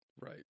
Right